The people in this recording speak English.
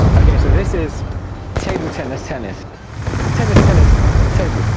ok, so this is table tennis tennis tennis tennis table